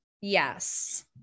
yes